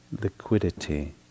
liquidity